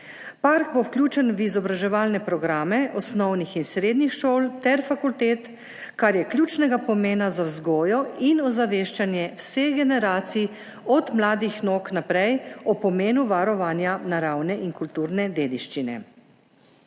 Park bo vključen v izobraževalne programe osnovnih in srednjih šol ter fakultet, kar je ključnega pomena za vzgojo in ozaveščanje vseh generacij od mladih nog naprej o pomenu varovanja naravne in kulturne dediščine.